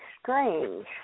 strange